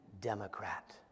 Democrat